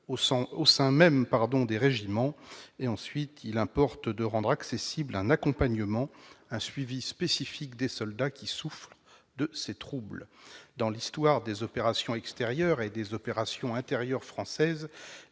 au sein même des régiments et, ensuite, de rendre accessible un accompagnement, un suivi spécifique des soldats affectés par ces troubles. Dans l'histoire des opérations extérieures et intérieures françaises,